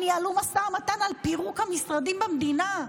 ניהלו משא ומתן על פירוק המשרדים במדינה.